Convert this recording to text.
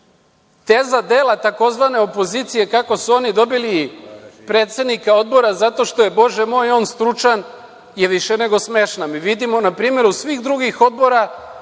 dela tzv. opozicije kako su oni dobili predsednika odbora zato što je on Bože moj stručan je više nego smešna. Mi vidimo na primer od svih drugih odbora